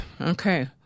Okay